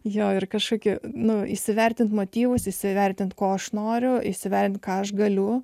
jo ir kažkokį nu įsivertinti motyvus įsivertinti ko aš noriu įsivertinti ką aš galiu